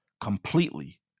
completely